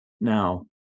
Now